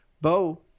Bo